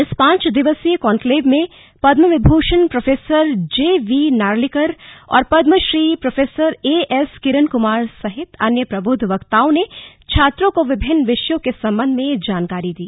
इस पांच दिवसीय कान्क्लेव में पदम विभूषण प्रोफेसर जेवी नार्लीकर और पद्मश्री प्रोएएस किरन कुमार सहित अन्य प्रबुद्ध वक्ताओं ने छात्रों को विभिन्न विषयों के संबंध में जानकारी दी